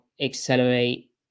accelerate